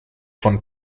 von